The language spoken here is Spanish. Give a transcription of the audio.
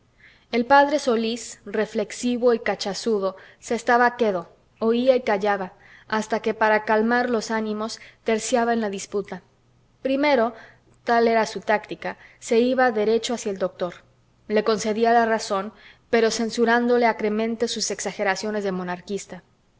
el p solís reflexivo y cachazudo se estaba quedo oía y callaba hasta que para calmar los ánimos terciaba en la disputa primero tal era su táctica se iba derecho hacia el doctor le concedía la razón pero censurándole acremente sus exageraciones de monarquista